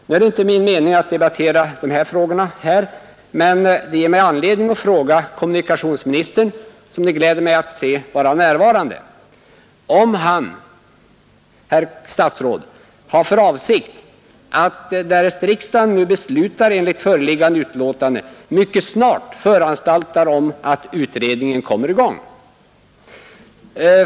Det är inte min mening att debattera de frågorna här, men det ger mig anledning att fråga kommunikationsministern, som det gläder mig att se närvarande: Har herr statsrådet för avsikt att, därest riksdagen nu beslutar enligt föreliggande betänkande, föranstalta om att utredningen mycket snart kommer i gång?